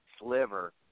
sliver